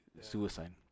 suicide